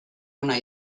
ona